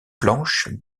planches